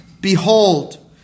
Behold